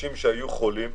אנשים שהיו חולים,